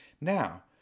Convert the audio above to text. Now